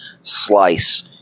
slice